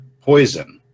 Poison